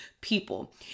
people